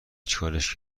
چیکارش